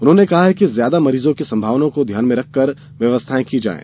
उन्होंने कहा है कि ज्यादा मरीजों की संभावना को ध्यान में रख कर व्यवस्थाएँ की जायें